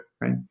right